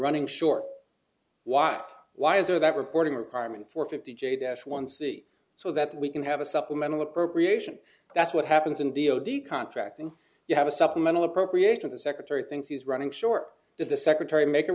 running short while wiser that reporting requirement for fifty j dash one c so that we can have a supplemental appropriation that's what happens in d o d contracting you have a supplemental appropriation the secretary thinks he's running short that the secretary make a